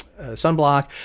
sunblock